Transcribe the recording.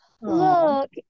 look